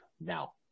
now